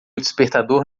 despertador